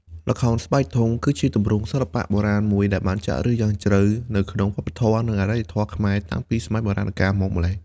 ល្ខោនស្បែកធំ គឺជាទម្រង់សិល្បៈបុរាណមួយដែលបានចាក់ឫសយ៉ាងជ្រៅនៅក្នុងវប្បធម៌ និងអរិយធម៌ខ្មែរតាំងពីសម័យបុរាណកាលមកម្ល៉េះ។